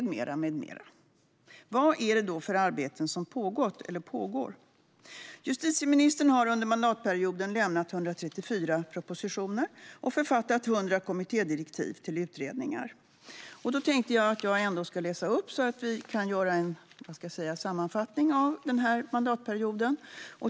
Vad är det då för arbeten som pågått eller pågår? Justitieministern har under mandatperioden lagt fram 134 propositioner och författat 100 kommittédirektiv till utredningar. Jag tänkte att jag skulle läsa upp en del av detta, så att vi kan göra en sammanfattning av den här mandatperioden.